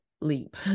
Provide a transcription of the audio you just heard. leap